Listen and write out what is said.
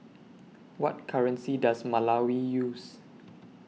What currency Does Malawi use